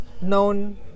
known